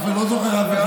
לא זוכר אף אחד.